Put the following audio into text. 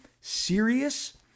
serious